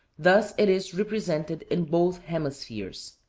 thus it is represented in both hemispheres.